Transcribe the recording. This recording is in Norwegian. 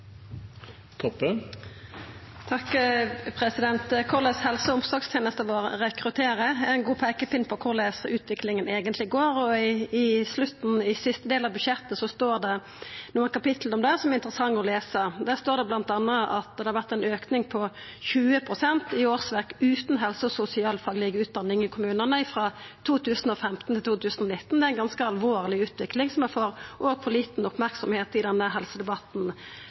ein god peikepinn på korleis utviklinga eigentleg går, og i siste del av budsjettet står det nokre kapittel om det som er interessante å lesa. Der står det bl.a. at det har vore ein auke på 20 pst. i årsverk utan helse- og sosialfagleg utdanning i kommunane frå 2015 til 2019. Det er ei ganske alvorleg utvikling, som får for lite merksemd i denne helsedebatten.